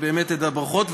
ברכות.